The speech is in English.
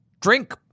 drink